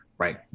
Right